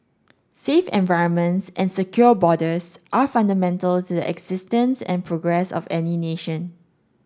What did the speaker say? safe environments and secure borders are fundamental to the existence and progress of any nation